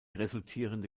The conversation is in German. resultierende